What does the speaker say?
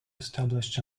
established